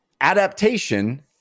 Adaptation